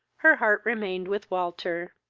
her heart remained with walter,